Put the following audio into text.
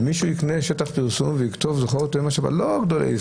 ומישהו יקנה שטח פרסום ויכתוב: "זכור את יום השבת לקודשו".